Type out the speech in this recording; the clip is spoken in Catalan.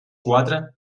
quatre